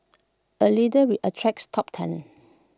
A leader re attracts top talent